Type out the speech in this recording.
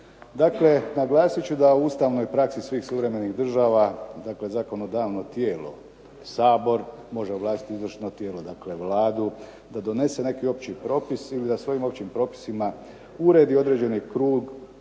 Dakle, naglasit ću da u ustavnoj praksi svih suvremenih država, dakle zakonodavno tijelo Sabor može ovlastiti izvršno tijelo dakle Vladu da donese neki opći propis ili da svojim općim propisima uredi određeni krug